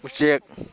ꯎꯆꯦꯛ